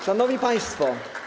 Szanowni Państwo!